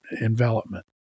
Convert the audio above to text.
envelopment